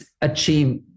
achieve